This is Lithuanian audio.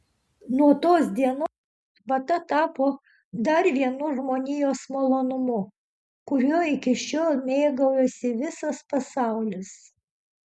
nuo tos dienos arbata tapo dar vienu žmonijos malonumu kuriuo iki šiol mėgaujasi visas pasaulis